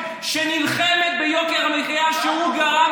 רגע,